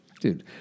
dude